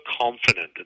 confident